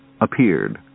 appeared